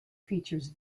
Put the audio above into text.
features